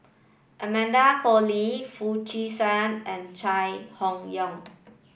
Amanda Koe Lee Foo Chee San and Chai Hon Yoong